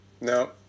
No